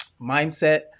mindset